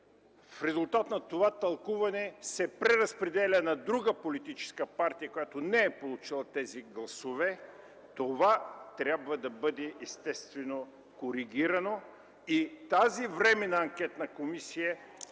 в резултат на това гласуване се преразпределя на друга политическа партия, която не е получила тези гласове. Е естествено това трябва да бъде коригирано и тази временна анкетна комисия